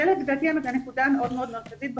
זה לדעתי הנקודה המאוד מרכזית,